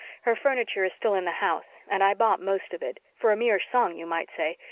her furniture is still in the house, and i bought most of it for a mere song you might say,